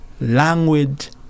language